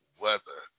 weather